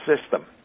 system